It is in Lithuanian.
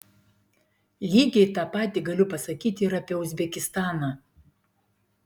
lygiai tą patį galiu pasakyti ir apie uzbekistaną